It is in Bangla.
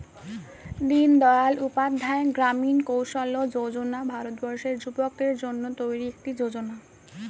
দিনদয়াল উপাধ্যায় গ্রামীণ কৌশল্য যোজনা ভারতবর্ষের যুবকদের জন্য তৈরি একটি যোজনা